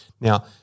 Now